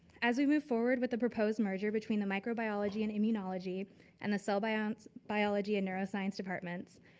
as we move forward with the proposed merger between the microbiology and immunology and the cell biology biology and neuroscience departments,